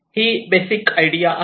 ही basic idea आहे